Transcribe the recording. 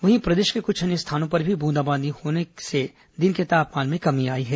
वहीं प्रदेश के कुछ अन्य स्थानों पर भी बूंदाबांदी होने से दिन के तापमान में कमी आई है